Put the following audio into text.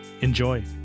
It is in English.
Enjoy